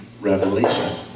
revelation